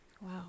Wow